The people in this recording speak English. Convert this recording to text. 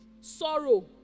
sorrow